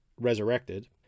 resurrected